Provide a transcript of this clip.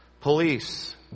Police